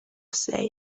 say